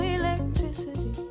electricity